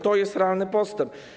To jest realny postęp.